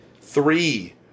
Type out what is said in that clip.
Three